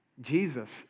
Jesus